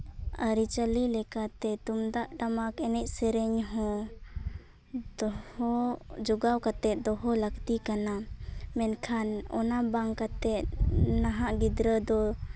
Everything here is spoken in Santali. ᱟᱹᱨᱤᱼᱪᱟᱹᱞᱤ ᱞᱮᱠᱟᱛᱮ ᱛᱩᱢᱫᱟᱹᱜ ᱴᱟᱢᱟᱠ ᱮᱱᱮᱡ ᱥᱮᱨᱮᱧ ᱦᱚᱸ ᱫᱚᱦᱚ ᱡᱳᱜᱟᱣ ᱠᱟᱛᱮ ᱫᱚᱦᱚ ᱞᱟᱹᱠᱛᱤ ᱠᱟᱱᱟ ᱢᱮᱱᱠᱷᱟᱱ ᱚᱱᱟ ᱵᱟᱝ ᱠᱟᱛᱮ ᱱᱟᱦᱟᱜ ᱜᱤᱫᱽᱨᱟᱹ ᱫᱚ